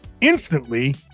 instantly